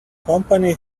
company